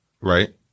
right